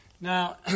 Now